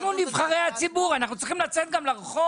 נבחרי הציבור, אנחנו צריכים גם לצאת לרחוב,